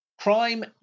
crime